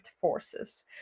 forces